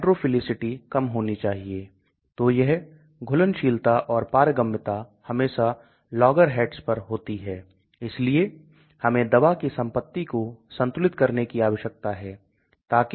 यह किसी विशेष स्थिति पर एक विलायक में अधिकतम घुलनशीलता कि सांद्रता है इसका मतलब तापमान इत्यादि